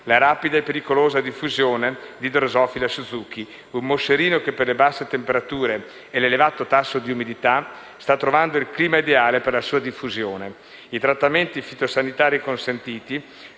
la rapida e pericolosa diffusione della *drosophila suzukii*, un moscerino che, per le basse temperature e l'elevato tasso d'umidità, sta trovando il clima ideale per la sua diffusione. I trattamenti fitosanitari consentiti